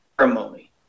ceremony